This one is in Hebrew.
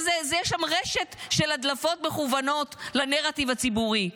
אז יש שם רשת של הדלפות מכוונות לנרטיב הציבורי.